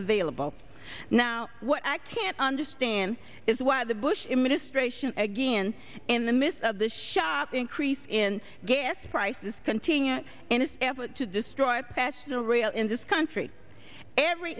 available now what i can't understand is why the bush administration again in the midst of the sharp increase in gas prices continue in an effort to destroy past milroy in this country every